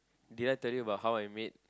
did I tell you about how I made